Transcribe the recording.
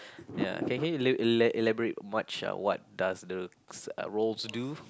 ya can you ela~ ela~ elaborate much what does the roles do